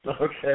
Okay